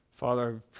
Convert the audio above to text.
Father